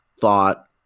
thought